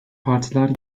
partiler